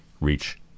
reach